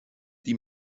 die